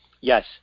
Yes